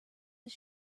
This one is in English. his